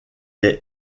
est